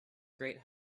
great